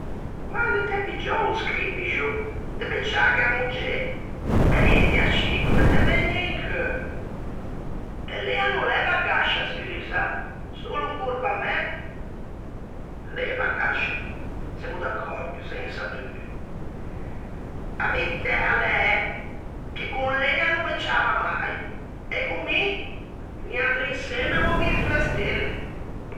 "Quande t'ê piggiou o scripixo de becciâghe a moggê! Bellin, ti ascì comme te vëgne in cheu?". "E lê a no l'é bagascia, scusa? Solo corpa mæ?". "Lê bagascia, semmo d'accòrdio, sensa dubio". "A veitæ a l'é che con lê a no becciava mai, e con mi, niatri insemme, emmo visto e stelle".